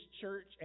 church